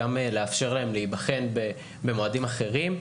גם לאפשר להם להיבחן במועדים אחרים.